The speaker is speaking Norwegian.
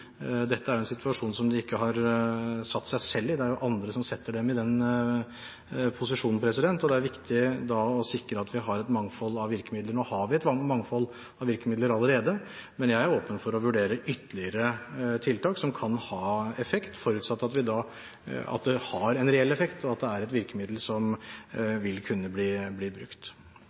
Dette er jo en situasjon som de ikke har satt seg i selv, det er jo andre som setter dem i den posisjonen. Og det er viktig da å sikre at vi har et mangfold av virkemidler. Nå har vi et mangfold av virkemidler allerede, men jeg er åpen for å vurdere ytterligere tiltak som kan ha effekt, forutsatt at det har en reell effekt, og at det er et virkemiddel som